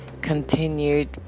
continued